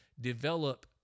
develop